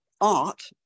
art